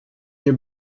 nie